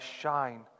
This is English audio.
shine